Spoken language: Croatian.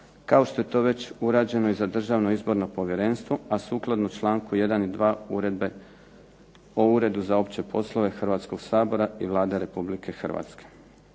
kao što je to već urađeno i za Državno izborno povjerenstvo, a sukladno čl. 1. i 2. Uredbe o Uredu za opće poslove Hrvatskog sabora i Vlade RH. Na kraju